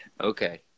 Okay